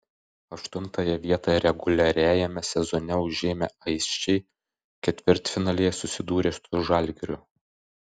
aštuntąją vietą reguliariajame sezone užėmę aisčiai ketvirtfinalyje susidūrė su žalgiriu